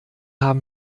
haben